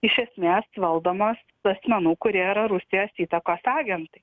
iš esmės valdomos asmenų kurie yra rusijos įtakos agentai